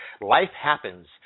life-happens